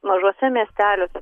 mažuose miesteliuose